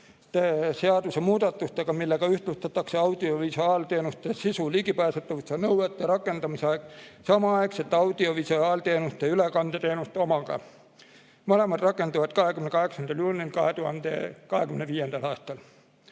seaduse muudatustega, millega ühtlustatakse audiovisuaalteenuste sisu ligipääsetavuse nõuete rakendamine samaaegselt audiovisuaalteenuste ülekandeteenuste omaga. Mõlemad rakenduvad 28. juulil 2025. aastal.